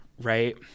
Right